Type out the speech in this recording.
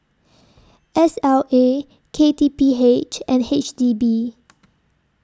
S L A K T P H and H D B